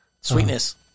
Sweetness